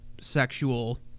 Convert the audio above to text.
sexual